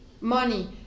money